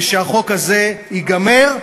ושהחוק הזה ייגמר.